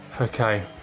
Okay